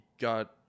got